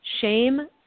shame